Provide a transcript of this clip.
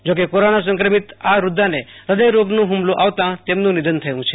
જો ક કોરોના સંક્રમિત આ વૃધ્ધાને હદય રોગના હુમલો આવતાં તેમનું નિધન થય છે